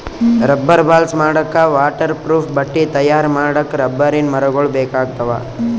rubber balls ಮಾಡಕ್ಕಾ waterproof ಬಟ್ಟಿ ತಯಾರ್ ಮಾಡಕ್ಕ್ ರಬ್ಬರಿನ್ ಮರಗೊಳ್ ಬೇಕಾಗ್ತಾವ